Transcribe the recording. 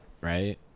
right